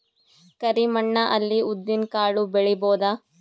ಕರಿ ಮಣ್ಣ ಅಲ್ಲಿ ಉದ್ದಿನ್ ಕಾಳು ಬೆಳಿಬೋದ?